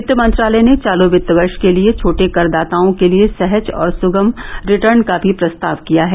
वित्त मंत्रालय ने चालू वित्त वर्ष के लिए छोटे कर दाताओं के लिए सहज और सुगम रिटर्न का भी प्रस्ताव किया है